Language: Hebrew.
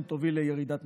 מזכירת הכנסת,